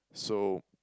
so